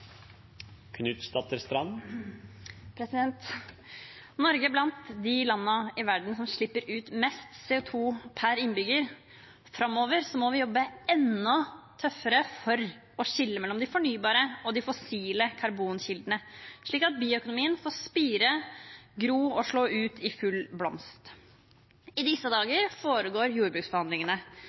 blant de landene i verden som slipper ut mest CO2 per innbygger. Framover må vi jobbe enda tøffere for å skille mellom de fornybare og de fossile karbonkildene, slik at bioøkonomien får spire, gro og slå ut i full blomst. I disse dager foregår jordbruksforhandlingene